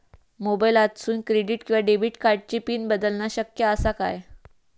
मोबाईलातसून क्रेडिट किवा डेबिट कार्डची पिन बदलना शक्य आसा काय?